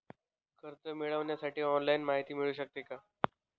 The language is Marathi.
कर्ज मिळविण्यासाठी ऑनलाईन माहिती मिळू शकते का?